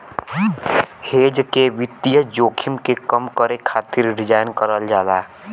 hedge के वित्तीय जोखिम के कम करे खातिर डिज़ाइन करल जाला